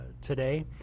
today